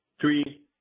Three